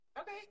Okay